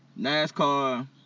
NASCAR